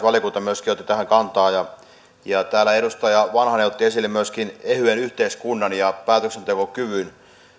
valiokunta myöskin otti tähän kantaa ja täällä edustaja vanhanen otti esille myöskin ehyen yhteiskunnan ja päätöksentekokyvyn